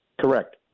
Correct